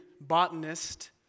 botanist